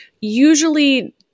usually